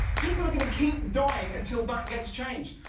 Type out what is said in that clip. people are going to keep dying until that gets changed!